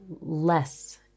less